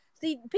See